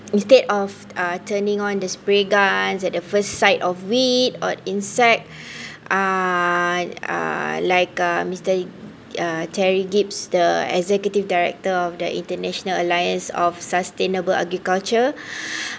instead of uh turning on the spray guns at the first sight of weed or insect uh like uh mister uh terry gips the executive director of the international alliance of sustainable agriculture